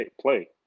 play